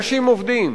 אנשים עובדים.